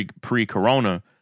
pre-corona